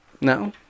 no